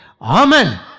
Amen